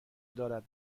دارد